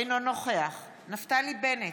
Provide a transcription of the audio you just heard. אינו נוכח נפתלי בנט,